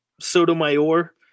Sotomayor